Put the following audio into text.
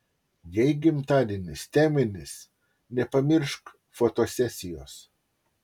jei gimtadienis teminis nepamiršk fotosesijos